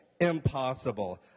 impossible